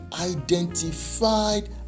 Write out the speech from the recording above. identified